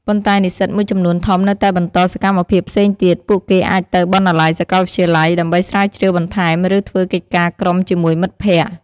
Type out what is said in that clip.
ប៉ុន្តែនិស្សិតមួយចំនួនធំនៅតែបន្តសកម្មភាពផ្សេងទៀត ពួកគេអាចទៅ បណ្ណាល័យសាកលវិទ្យាល័យ ដើម្បីស្រាវជ្រាវបន្ថែម ឬធ្វើកិច្ចការក្រុមជាមួយមិត្តភក្តិ។